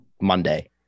Monday